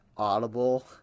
audible